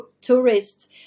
tourists